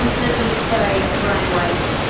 this was by brian weiss.